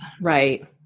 right